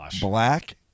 black